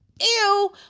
Ew